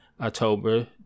October